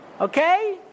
Okay